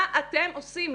מה אתם עושים?